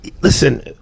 Listen